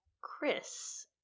Chris